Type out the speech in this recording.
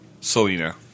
Selena